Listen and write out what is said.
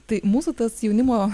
tai mūsų jaunimo